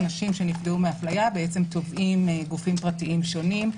אנשים שנפגעו מהפליה, תובעים גופים פרטיים שונים.